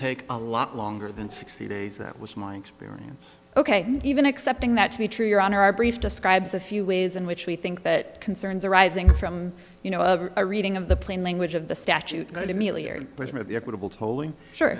take a lot longer than sixty days that was my experience ok even accepting that to be true your honor our brief describes a few ways in which we think that concerns arising from you know a reading of the plain language of the statute could immediately or